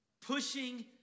pushing